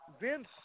Vince